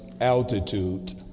altitude